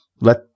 let